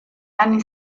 anni